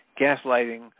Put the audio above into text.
gaslighting